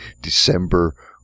December